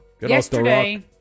Yesterday